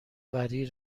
وری